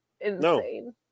insane